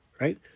right